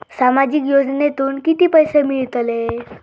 सामाजिक योजनेतून किती पैसे मिळतले?